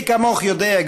מי כמוך יודע,